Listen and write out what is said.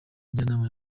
njyanama